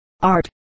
art